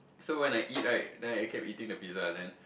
so when I eat right then I can't eating the pizza then